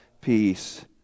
peace